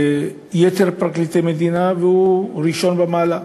ליתר הפרקליטים במדינה, והוא הראשון במעלה.